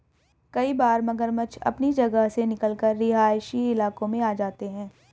कई बार मगरमच्छ अपनी जगह से निकलकर रिहायशी इलाकों में आ जाते हैं